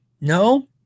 No